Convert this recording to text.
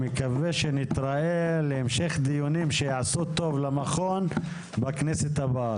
אני מקווה שנתראה להמשך דיונים שייעשו טוב למכון בכנסת הבאה.